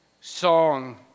song